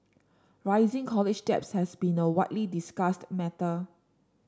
rising college debt has been a widely discussed matter